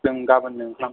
जों गाबोन्नो ओंखारलांगोन